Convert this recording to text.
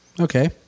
Okay